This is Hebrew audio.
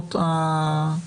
בתקנות ה --- נכון,